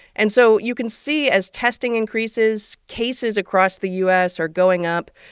and so you can see, as testing increases, cases across the u s. are going up.